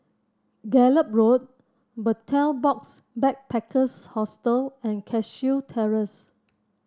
Gallop Road Betel Box Backpackers Hostel and Cashew Terrace